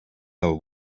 del